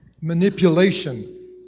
manipulation